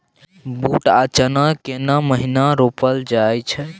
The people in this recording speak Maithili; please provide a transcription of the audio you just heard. बूट आ चना केना महिना रोपल जाय छै?